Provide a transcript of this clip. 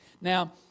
Now